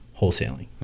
wholesaling